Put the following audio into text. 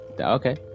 Okay